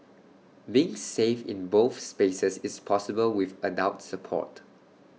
being safe in both spaces is possible with adult support